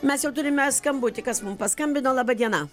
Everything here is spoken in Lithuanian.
mes jau turime skambutį kas mum paskambino laba diena